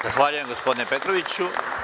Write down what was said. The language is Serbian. Zahvaljujem, gospodine Petroviću.